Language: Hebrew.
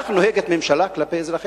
כך נוהגת ממשלה כלפי אזרחיה?